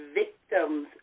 victims